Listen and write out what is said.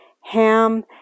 Ham